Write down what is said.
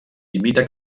imita